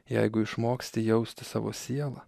jeigu išmoksti jausti savo sielą